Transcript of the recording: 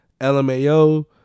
LMAO